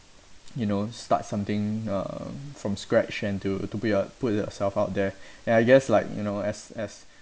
you know start something um from scratch and to to put your put yourself out there and I guess like you know as as